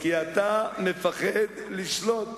כי אתה מפחד לשלוט.